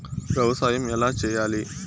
వ్యవసాయం ఎలా చేయాలి?